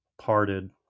parted